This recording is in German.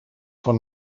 von